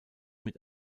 mit